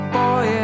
boy